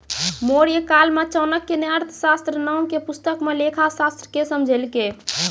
मौर्यकाल मे चाणक्य ने अर्थशास्त्र नाम के पुस्तक मे लेखाशास्त्र के समझैलकै